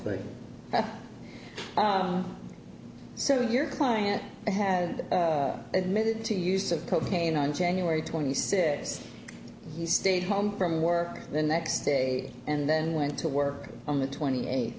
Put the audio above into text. that so your client have admitted to use of cocaine on january twenty sixth you stayed home from work the next day and then went to work on the twenty eighth